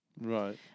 Right